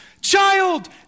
child